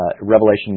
Revelation